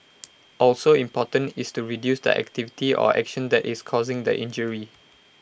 also important is to reduce the activity or action that is causing the injury